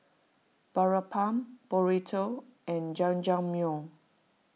Boribap Burrito and Jajangmyeon